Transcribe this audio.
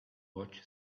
watch